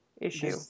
issue